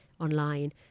online